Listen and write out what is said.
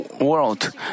world